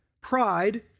Pride